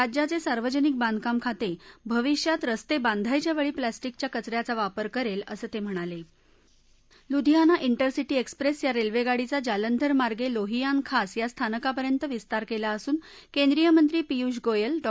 राज्याच स्रार्वजनिक बांधकाम खातभिविष्यात रस्तबिधायच्या वछी प्लॅस्टिकच्या कच याचा वापर करव्या असं तम्हिणाल लुधियाना इंटरसिटी एक्सप्रस्तीया रस्विगाडीचा जालधर मार्गे लोहियान खास या स्थानकापर्यंत विस्तार कला असून केंद्रीय मंत्री पियुष गोयल डॉ